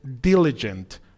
diligent